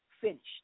finished